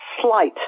slight